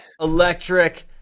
electric